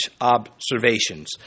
observations